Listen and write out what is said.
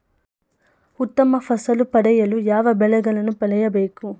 ಉತ್ತಮ ಫಸಲು ಪಡೆಯಲು ಯಾವ ಬೆಳೆಗಳನ್ನು ಬೆಳೆಯಬೇಕು?